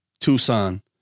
Tucson